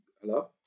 Hello